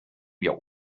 wir